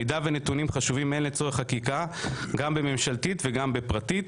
מידע ונתונים חשובים לצורך חקיקה ממשלתית ופרטית.